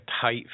tight